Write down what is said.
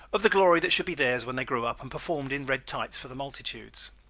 of the glory that should be theirs when they grew up and performed in red tights for the multitudes.